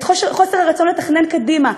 את חוסר הרצון לתכנן קדימה,